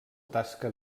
tasca